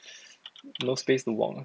no space to walk lah